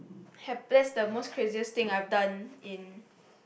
have that's the most craziest thing I've done in